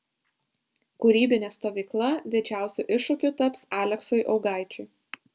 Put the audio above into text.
kūrybinė stovykla didžiausiu iššūkiu taps aleksui augaičiui